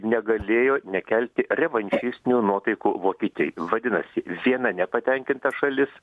negalėjo nekelti revanšistinių nuotaikų vokietijoj vadinasi viena nepatenkinta šalis